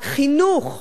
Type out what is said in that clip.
חינוך,